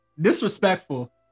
disrespectful